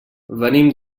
venim